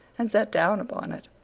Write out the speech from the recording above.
and sat down upon it,